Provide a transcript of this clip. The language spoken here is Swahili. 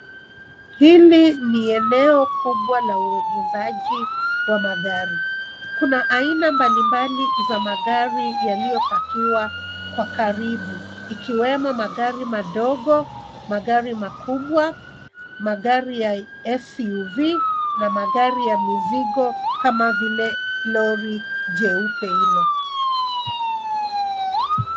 Hili ni eneo kubwa la uwegezaji wa magari, kuna aina mbalimbali za magari yaliyopakiwa kwa karibu ikiwemo magari madogo ,magari makubwa ,magari ya Suv na magari ya mizigo kama vile lori jeupe hilo.